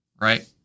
right